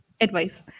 advice